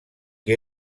que